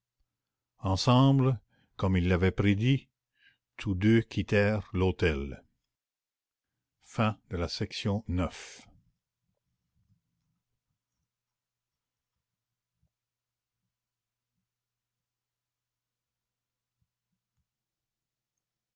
comme il l'avait prédit tous deux quittèrent l'hôtel